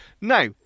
Now